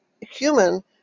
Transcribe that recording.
human